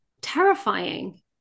terrifying